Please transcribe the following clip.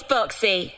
Boxy